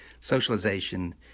socialization